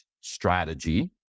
strategy